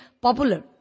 popular